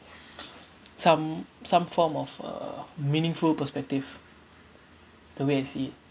some some form of a meaningful perspective the way I see it